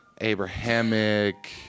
Abrahamic